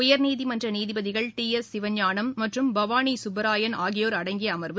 உயர்நீதிமன்ற நீதிபதிகள்டி எஸ் சிவஞானம் மற்றம் பவானி சுப்பராயன் ஆகியோர் அடங்கிய அமர்வு